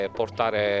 portare